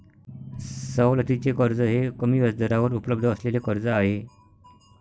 सवलतीचे कर्ज हे कमी व्याजदरावर उपलब्ध असलेले कर्ज आहे